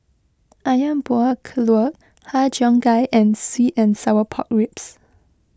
Ayam Buah Keluak Har Cheong Gai and Sweet and Sour Pork Ribs